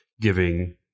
giving